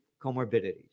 comorbidities